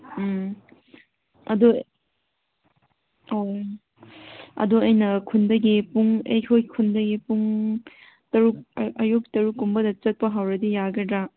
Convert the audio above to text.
ꯎꯝ ꯑꯗꯨ ꯎꯝ ꯑꯗꯨ ꯑꯩꯅ ꯈꯨꯟꯗꯒꯤ ꯄꯨꯡ ꯑꯩꯈꯣꯏ ꯈꯨꯟꯗꯒꯤ ꯄꯨꯡ ꯇꯔꯨꯛ ꯑꯌꯨꯛ ꯇꯔꯨꯛꯀꯨꯝꯕꯗ ꯆꯠꯄ ꯍꯧꯔꯗꯤ ꯌꯥꯒꯗ꯭ꯔꯥ